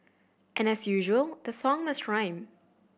and as usual the song must rhyme